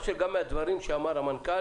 גם מהדברים שאמר המנכ"ל,